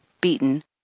beaten